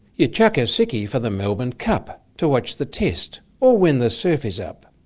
you chuck a sickie for the melbourne cup to watch the test, or when the surf is up.